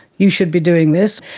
you should be doing this,